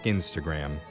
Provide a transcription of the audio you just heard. Instagram